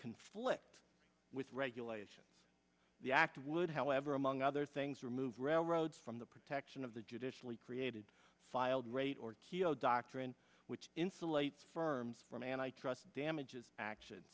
conflict with regulation the act would however among other things remove railroads from the protection of the judicially created filed rate or keogh doctrine which insulates firms from and i trust damages action